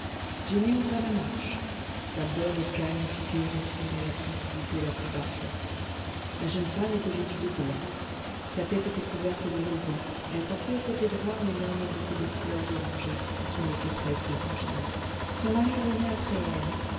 jenny ouvrait la marche sa bonne et calme figure respirait la tranquillité la plus parfaite la jeune femme était vêtue de blanc sa tête était couverte de rubans elle portait au côté droit un énorme bouquet de fleurs d'oranger qui me fit presque rougir son mari venait après elle